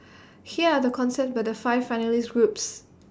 here are the concepts by the five finalist groups